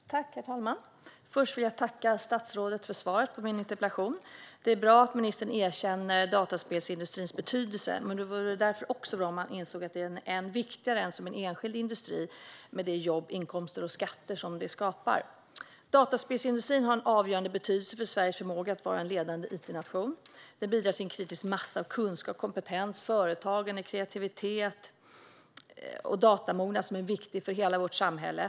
Herr talman! Först vill jag tacka statsrådet för svaret på min interpellation. Det är bra att ministern erkänner dataspelsindustrins betydelse, men det vore också bra om han insåg att än viktigare är de jobb, inkomster och skatter som den skapar. Dataspelsindustrin har en avgörande betydelse för Sveriges förmåga att vara en ledande it-nation. Den bidrar till en kritisk massa av kunskap och kompetens, företagande, kreativitet och en datamognad som är viktig för hela vårt samhälle.